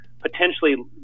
potentially